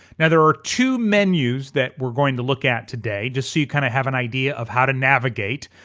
now there are two menus that we're going to look at today just so you kinda have an idea of how to navigate.